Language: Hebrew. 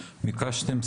ביקשתם,